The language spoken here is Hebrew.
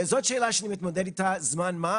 זאת שאלה שאני מתמודד איתה זמן מה.